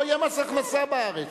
לא יהיה מס הכנסה בארץ.